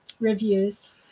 reviews